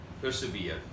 persevere